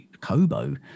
Kobo